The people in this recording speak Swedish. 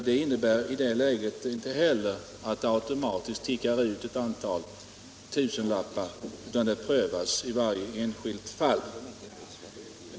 Det betyder inte heller att det automatiskt tickar ut ett antal tusenlappar, utan det prövas i varje enskilt fall.